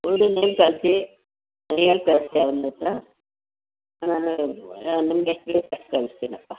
ಹುಡುಗನ ಕಳಿಸಿ ಹೇಳ್ ಕಳಿಸಿ ಅವ್ನ ಹತ್ತಿರ ನಿಮ್ಗೆ ಎಷ್ಟು ಬೇಕು ಅಷ್ಟು ಕಳಿಸ್ತೀನಪ್ಪ